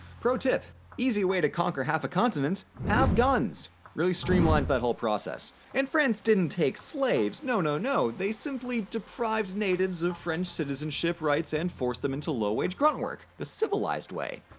pro tip easy way to conquer half a continent have guns! really streamlines that whole process. and france didn't take slaves. no, no, no! they simply deprived natives of french citizenship rights, and force them into low-wage grunt work! the civilized way!